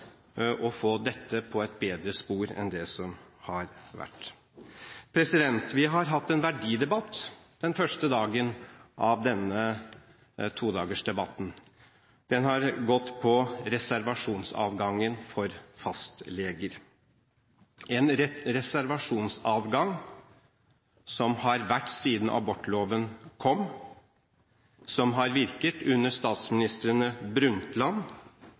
å få dette på et bedre spor enn det har vært. Vi hadde en verdidebatt den første dagen av denne todagersdebatten. Den gikk på reservasjonsadgangen for fastleger – en reservasjonsadgang som har vært der siden abortloven kom, og som har virket under statsministrene Harlem Brundtland,